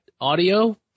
audio